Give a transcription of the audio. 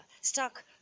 stuck